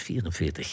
44